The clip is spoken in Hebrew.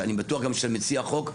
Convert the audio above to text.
שאני בטוח גם של מציע החוק,